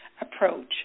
approach